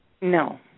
No